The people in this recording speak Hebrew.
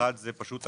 כשאחד מהם זה השימון.